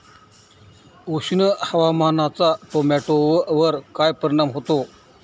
उष्ण हवामानाचा टोमॅटोवर काय परिणाम होतो?